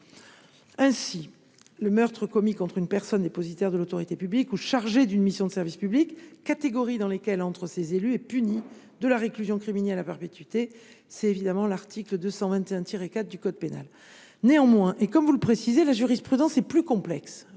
Ainsi, le meurtre commis contre une personne dépositaire de l’autorité publique ou chargée d’une mission de service public, catégories dans lesquelles entrent ces élus, est puni de la réclusion criminelle à perpétuité, comme le prévoit l’article 221 4 du code pénal. Néanmoins, comme vous l’avez indiqué, la jurisprudence est plus complexe